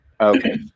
Okay